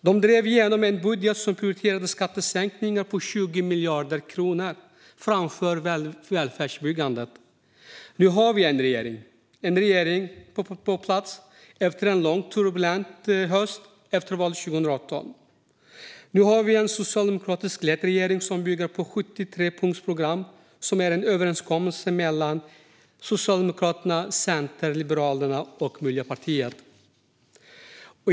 De drev igenom en budget som prioriterade skattesänkningar på 20 miljarder kronor framför välfärdsbyggande. Nu har vi en regering på plats efter en lång, turbulent höst efter valet 2018. Nu har vi en socialdemokratiskt ledd regering som bygger på 73punktsprogrammet, som är en överenskommelse mellan Socialdemokraterna, Centern, Liberalerna och Miljöpartiet.